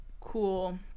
cool